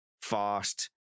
fast